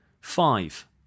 Five